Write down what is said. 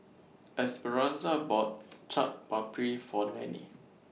Esperanza bought Chaat Papri For Nannie